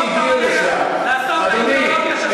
אדוני,